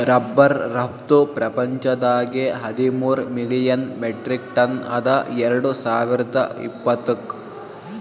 rubber ರಫ್ತು ಪ್ರಪಂಚದಾಗೆ ಹದಿಮೂರ್ ಮಿಲಿಯನ್ ಮೆಟ್ರಿಕ್ ಟನ್ ಅದ ಎರಡು ಸಾವಿರ್ದ ಇಪ್ಪತ್ತುಕ್